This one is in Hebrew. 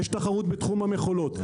יש תחרות בתחום המכולות.